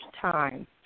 time